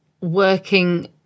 working